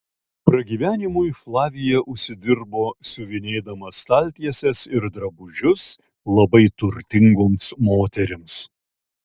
pragyvenimui flavija užsidirbo siuvinėdama staltieses ir drabužius labai turtingoms moterims